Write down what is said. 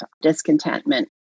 discontentment